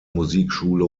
musikschule